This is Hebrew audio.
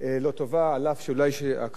אף שיש אולי הכחשה של המשטרה,